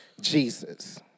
Jesus